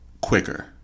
quicker